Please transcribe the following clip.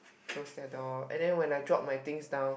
close their door and then when I drop my things down